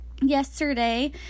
Yesterday